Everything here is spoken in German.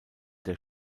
der